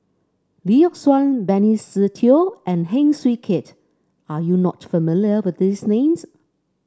Lee Yock Suan Benny Se Teo and Heng Swee Keat are you not familiar with these names